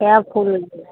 कए फूल लेबै